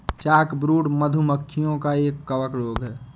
chalkbrood, मधु मक्खियों का एक कवक रोग है